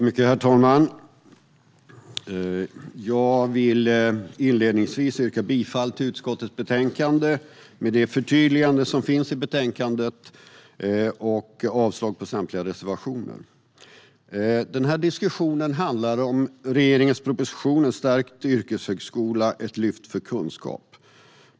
Herr talman! Jag vill inledningsvis yrka bifall till förslaget i utskottets betänkande, med det förtydligande som finns i betänkandet, och avslag på samtliga reservationer. Den här diskussionen handlar om regeringens proposition En stärkt yrkeshögskola - ett lyft för kunskap .